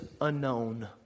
unknown